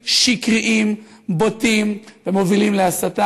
שגויים, שקריים, בוטים ומובילים להסתה?